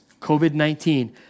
COVID-19